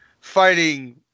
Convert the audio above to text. fighting